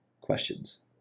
questions